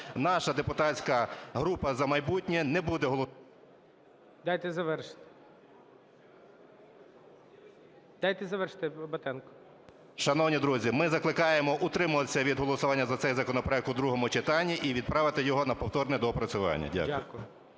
Наша депутатська група "За майбутнє" не буде голосувати… ГОЛОВУЮЧИЙ. Дайте завершити. Дайте завершити Батенку. 10:49:35 БАТЕНКО Т.І. Шановні друзі, ми закликаємо утримуватись від голосуванні за цей законопроект у другому читанні і відправити його на повторне доопрацювання. Дякую.